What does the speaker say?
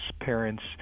parents